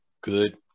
good